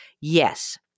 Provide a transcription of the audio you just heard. Yes